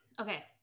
Okay